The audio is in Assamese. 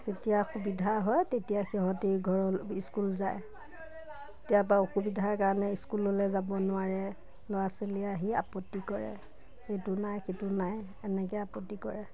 যেতিয়া সুবিধা হয় তেতিয়া সিহঁতে ঘৰৰ স্কুল যায় কেতিয়াবা অসুবিধাৰ কাৰণে স্কুললৈ যাব নোৱাৰে ল'ৰা ছোৱালীয়ে আহি আপত্তি কৰে এইটো নাই সেইটো নাই এনেকৈ আপত্তি কৰে